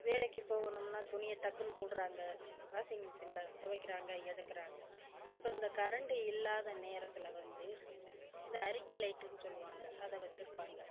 வேலைக்கு போகணும்னால் துணியை டக்குனு போடுறாங்க வாஷிங் மிஷின்ல துவைக்கிறாங்க எடுக்கிறாங்க இப்போ இந்த கரண்ட் இல்லாத நேரத்தில் வந்து இந்த அரிக்கை லைட்னு சொல்லுவாங்க அதை வச்சிருப்பாங்க